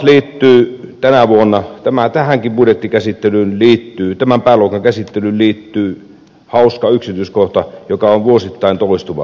taas tänä vuonna tämän pääluokan käsittelyyn liittyy hauska yksityiskohta joka on vuosittain toistuva